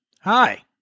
Hi